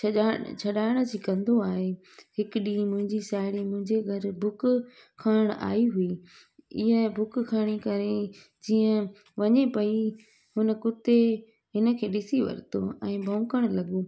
छॾण छॾाइण जी कंदो आहे हिकु ॾींहुं मुंहिंजी साहेड़ी मुंहिंजे घर बुक खणणु आई हुई ईअं बुक खणी करे जीअं वञे पई हुन कुते हिनखे ॾिसी वरितो ऐं भौंकणु लॻो